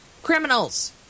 Criminals